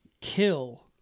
kill